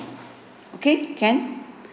okay can